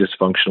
dysfunctional